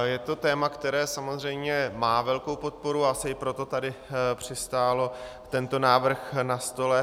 Je to téma, které samozřejmě má velkou podporu, a asi i proto tady přistál tento návrh na stole.